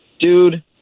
Dude